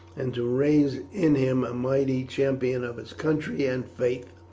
and to raise in him a mighty champion of his country and faith.